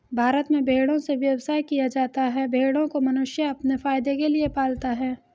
भारत में भेड़ों से व्यवसाय किया जाता है भेड़ों को मनुष्य अपने फायदे के लिए पालता है